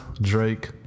Drake